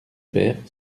père